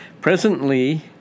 Presently